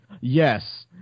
yes